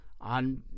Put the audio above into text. on